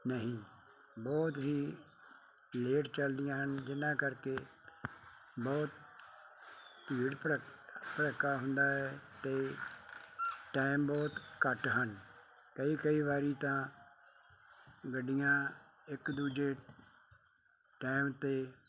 ਨਹੀਂ ਬਹੁਤ ਹੀ ਲੇਟ ਚੱਲਦੀਆਂ ਹਨ ਜਿਨ੍ਹਾਂ ਕਰਕੇ ਬਹੁਤ ਭੀੜ ਭੜ ਭੜੱਕਾ ਹੁੰਦਾ ਹੈ ਅਤੇ ਟਾਇਮ ਬਹੁਤ ਘੱਟ ਹਨ ਕਈ ਕਈ ਵਾਰੀ ਤਾਂ ਗੱਡੀਆਂ ਇੱਕ ਦੂਜੇ ਟੈਮ 'ਤੇ